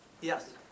Yes